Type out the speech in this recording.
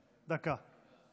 דקה.